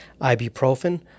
ibuprofen